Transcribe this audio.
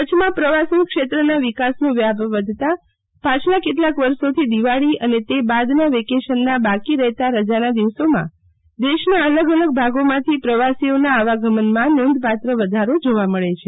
કચ્છમાં પ્રવાસનક્ષેત્રના વિકાસનો વ્યાપ વધતા પાછલા કેટલાક વર્ષોથી દિવાળી અને તે બાદના વેકેશનના બાકી રહેતા રજાના દિવસોમાં દેશના અલગ અલગ ભાગોમાંથી પ્રવાસીઓના આવાગમનમા નોંધપાત્ર વધારો જોવા મળે છે